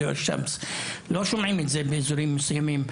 לא שומעים את זה באזורים מסוימים,